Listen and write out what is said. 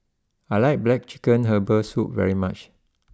I like Black Chicken Herbal Soup very much